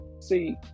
See